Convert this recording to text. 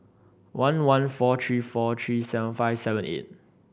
one one four three four three seven five seven eight